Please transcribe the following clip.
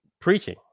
preaching